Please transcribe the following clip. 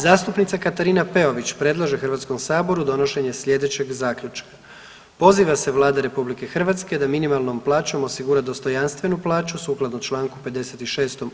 Zastupnica Katarina Peović predlaže HS donošenje sljedećeg zaključka: „Poziva se Vlada RH da minimalnom plaćom osigura dostojanstvenu plaću sukladno čl. 56.